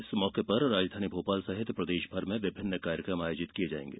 इस मौके पर राजधानी भोपाल सहित प्रदेशभर में विभिन्न कार्यक्रम आयोजित किए जाएंगे